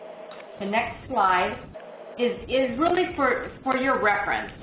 the next slide is is really for for your reference.